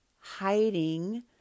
hiding